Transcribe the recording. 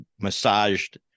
massaged